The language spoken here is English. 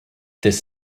this